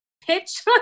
pitch